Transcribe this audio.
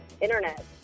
internet